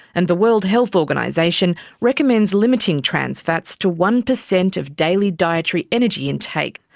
and the world health organisation recommends limiting trans fats to one percent of daily dietary energy intake.